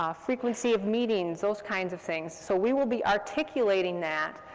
um frequency of meetings, those kinds of things. so we will be articulating that,